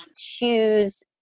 Shoes